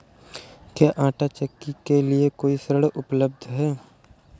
क्या आंटा चक्की के लिए कोई ऋण उपलब्ध है?